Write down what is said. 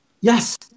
Yes